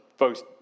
Folks